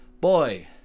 boy